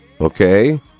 Okay